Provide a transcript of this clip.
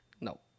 No